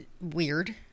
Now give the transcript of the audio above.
weird